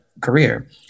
career